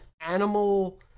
animal